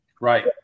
Right